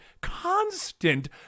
constant